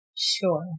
sure